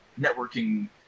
networking